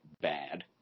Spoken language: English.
bad